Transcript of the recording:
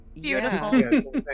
Beautiful